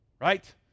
right